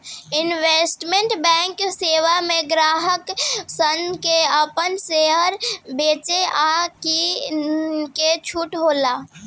investment banking सेवा में ग्राहक सन के आपन शेयर बेचे आ किने के छूट होला